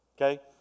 Okay